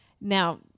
Now